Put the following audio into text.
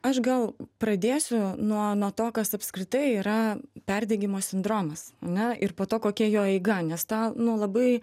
aš gal pradėsiu nuo nuo to kas apskritai yra perdegimo sindromas ar ne ir po to kokia jo eiga nes tą nu labai